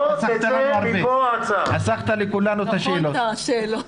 חסכת לכולנו את השאלות.